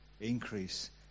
increase